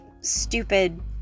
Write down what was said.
stupid